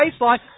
baseline